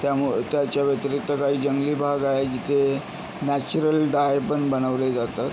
त्यामु त्याच्याव्यतिरिक्त काही जंगली भाग आहे जिथे नॅचरल डाय पण बनवले जातात